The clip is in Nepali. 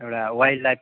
एउटा वाइल्डलाइफ